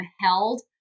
held